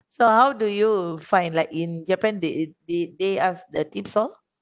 so how do you find like in japan they did they ask the tips some